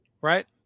Right